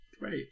Right